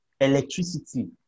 electricity